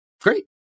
Great